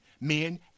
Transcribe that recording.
Men